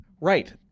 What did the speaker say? right